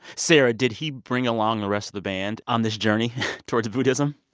sarah, did he bring along the rest of the band on this journey towards buddhism?